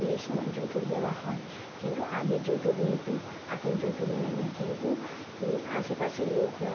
বিয়ের সময় যৌতুক দেওয়া হয় কিন্তু আগে যৌতুক নিতো এখন যৌতুক নেয় না কিন্তু আশেপাশের লোকরা